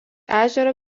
ežero